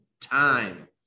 time